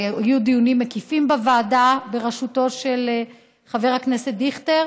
והיו דיונים מקיפים בוועדה בראשותו של חבר הכנסת דיכטר,